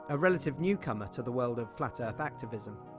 ah relative newcomer to the world of flat earth activism.